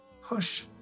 push